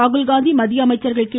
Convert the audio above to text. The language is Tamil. ராகுல்காந்தி மத்திய அமைச்சர்கள் கே